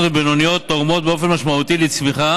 ובינוניות תורמות באופן משמעותי לצמיחה